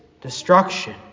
destruction